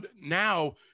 now